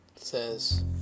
says